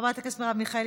חברת הכנסת נאוה בוקר,